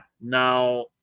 Now